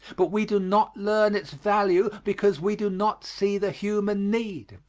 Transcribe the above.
but we do not learn its value because we do not see the human need,